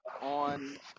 On